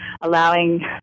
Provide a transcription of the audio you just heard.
allowing